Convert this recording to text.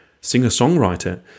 singer-songwriter